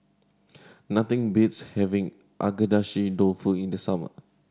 nothing beats having Agedashi Dofu in the summer